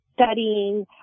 studying